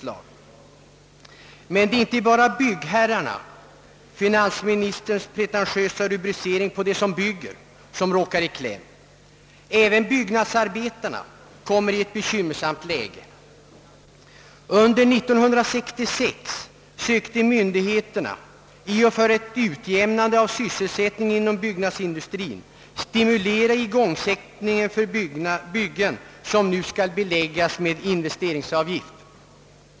Det är inte bara byggherrarna — finansministerns pretentiösa rubricering av dem som bygger — som råkar i kläm. Även byggnadsarbetarna hamnar i ett bekymmersamt läge. Under år 1966 sökte myndigheterna i och för ett utjämnande av sysselsättningen inom byggnadsindustrien stimulera igångsättningen av byggen som nu skall beläggas med investeringsavgift.